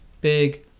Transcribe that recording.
Big